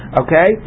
okay